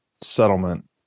settlement